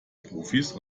profis